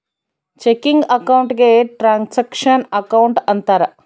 checking account ಗೆ transaction account ಅಂತಾರ